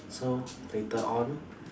so later on